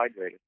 hydrated